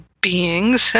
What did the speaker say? beings